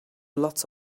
lots